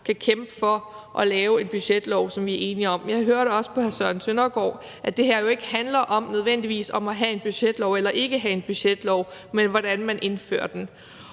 kan kæmpe for og lave en budgetlov, som vi er enige om. Jeg hørte også på hr. Søren Søndergaard, at det her ikke nødvendigvis handler om at have en budgetlov eller ikke have en budgetlov, men handler om, hvordan man indfører den.